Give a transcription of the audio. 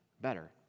better